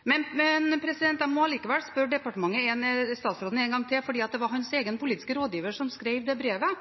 Jeg må likevel spørre statsråden en gang til, for det var hans egen politiske rådgiver som skrev dette brevet.